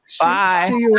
Bye